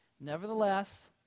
Nevertheless